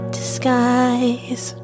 disguise